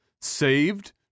saved